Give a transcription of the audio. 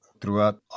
Throughout